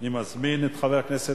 אני מזמין את חבר הכנסת